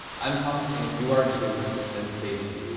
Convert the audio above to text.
i'm pumped and if you are too then stay tuned.